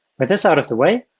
with this out of the way,